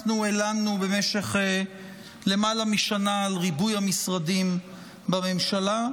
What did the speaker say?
במשך למעלה משנה הלנו על ריבוי המשרדים בממשלה,